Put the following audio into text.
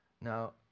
Now